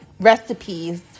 recipes